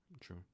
True